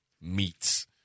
meats